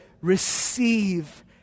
Receive